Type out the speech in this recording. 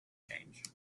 change